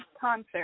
concert